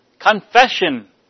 Confession